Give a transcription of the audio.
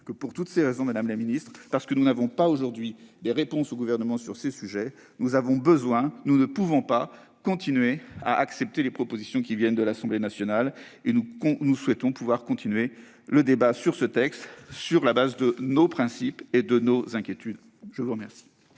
Pour toutes ces raisons, madame la ministre, parce que nous n'avons pas aujourd'hui de réponses du Gouvernement sur ces sujets, nous ne pouvons pas accepter les propositions qui viennent de l'Assemblée nationale. Nous souhaitons pouvoir continuer le débat sur ce texte, sur la base de nos principes et de nos inquiétudes. La parole